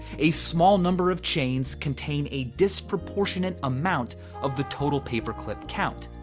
a small number of chains contain a disproportionate amount of the total paperclip count.